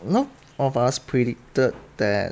none of us predicted that